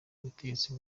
ubutegetsi